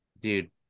dude